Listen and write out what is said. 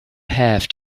have